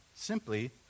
Simply